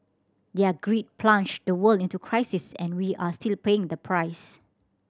their greed plunged the world into crisis and we are still paying the price